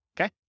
okay